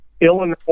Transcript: Illinois